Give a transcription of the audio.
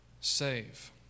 save